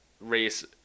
race